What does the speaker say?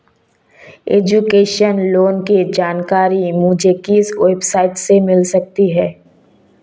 Education loan की जानकारी मुझे किस वेबसाइट से मिल सकती है?